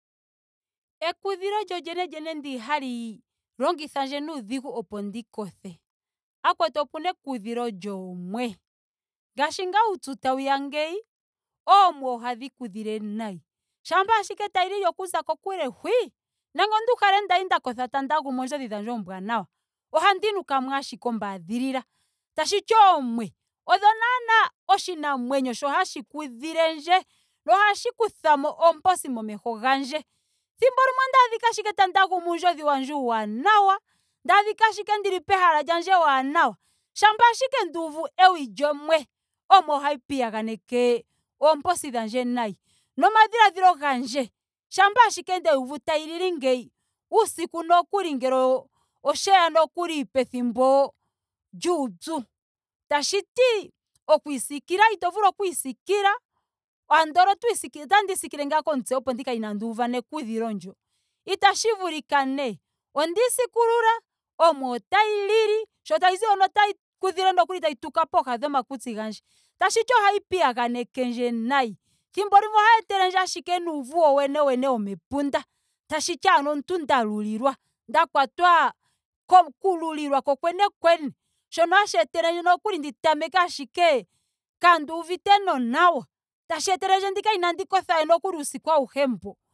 Ekudhilo lyolyene lyene ndyo hali longithandje nuudhigu opo ndi kothe. akwetu opena ekudhilo lyoomwe. Ngaashi ngaa uupyu tawuya ngeyi oomwe ohadhi kudhile nayi. Shampa ashike tayi lili okuza kokule hwi. nando onduuhale ndali nda kotha tandi yaguma oondjodhi dhandje oombwanawa ohandi nukamo ashike ombaadhilila. Tashiti oomwe odho naana oshinamwenyo sho hashi kudhilendje nohashi kuthamo oomposi momeho gandje. Thimbo ondaadhika ashike tandi yaguma uundjodhi wandje uuwanawa. ndaadhika ashike ndili pehala lyandje ewanawa. shampa ashike nduuvu ewi lyomwe. omwe ohayi piyaganeke oomposhi dhandje nayi nomadhiladhilo gandje. Shampa ashike ndeyi uvu tayi lili ngeyi uusiku nokuli ngele osheya nokuli pethimbo lyuupyu. Tashiti oku isikia ito vulu oku isiikila. andola otandii siikile ngaa komutse opo ndika kale inaandi uva nekudhlio ndyo. Itashi vulika nee. Onda isuukulula. omwe otayi lili. sho tayizi hono otayi kudhile nokuli tayi tuka pooha dhomakutsi gandje. Tashiti ohayi piayaganekendje nayi. Thimbo limwe ohayi etelendje ashike nuuvu wowene wene womepunda. Tashiti ano omuntu nda lulilwa. Nda kwatwa koku lulilwa kokwene kwene. Shono hashi etelendje nokuuli ndi tameke kandii uvite nonawa. Tashi etelendje ndi kale inee kotha nokuli uusiku auhe mbo.